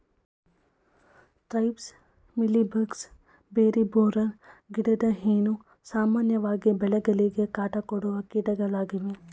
thrips, mealy bugs, berry borer, ಗಿಡದ ಹೇನು, ಸಾಮಾನ್ಯವಾಗಿ ಬೆಳೆಗಳಿಗೆ ಕಾಟ ಕೊಡುವ ಕೀಟಗಳಾಗಿವೆ